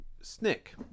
Snick